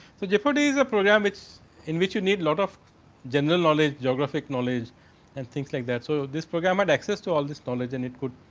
jeopardy is the program, which in which we need lot of general knowledge, geographic knowledge and thinks like that. so, this program add axis to all this knowledge and it could.